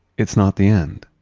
it's not the end